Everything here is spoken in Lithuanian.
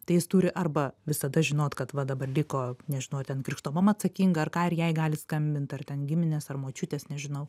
tai jis turi arba visada žinot kad va dabar liko nežinau ten krikšto mama atsakinga ar ką ir jai gali skambint ar ten giminės ar močiutės nežinau